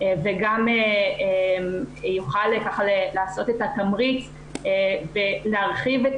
וגם תוכל לעשות את התמריץ ולהרחיב את